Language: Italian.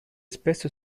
spesso